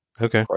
Okay